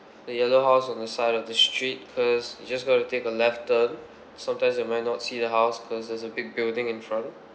the yellow house on the side of the street first you're just going to take a left turn sometimes you might not see the house because there's a big building in front